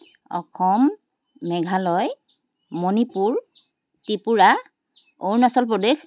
Assam Meghalaya Manipur Tripura Arunachal Pradesh